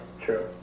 true